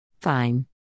Fine